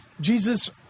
Jesus